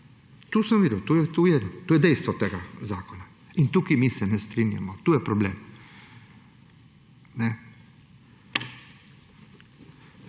pa sem videl. To sem videl, to je dejstvo tega zakona. In tukaj se mi ne strinjamo, to je problem.